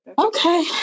Okay